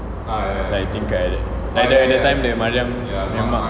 like the thing like that like that that time that mariam punya mak